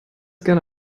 gerne